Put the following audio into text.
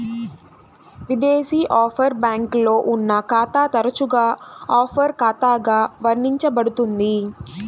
విదేశీ ఆఫ్షోర్ బ్యాంక్లో ఉన్న ఖాతా తరచుగా ఆఫ్షోర్ ఖాతాగా వర్ణించబడుతుంది